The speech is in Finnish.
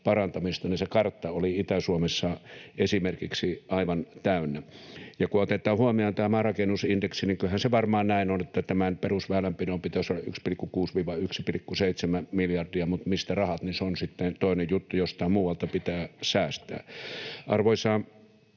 ja se kartta oli esimerkiksi Itä-Suomessa aivan täynnä. Ja kun otetaan huomioon tämä maarakennusindeksi, niin kyllähän se varmaan näin on, että tämän perusväylänpidon pitäisi olla 1,6—1,7 miljardia, mutta se, mistä rahat, on sitten toinen juttu. Jostain muualta pitää säästää. Arvoisa